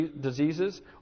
diseases